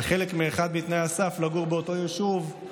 ואחד מתנאי הסף לגור באותו יישוב הוא